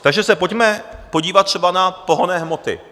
Takže se pojďme podívat třeba na pohonné hmoty.